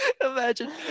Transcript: imagine